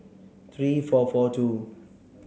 three four four two